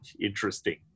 interesting